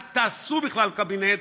אל תעשו בכלל קבינט.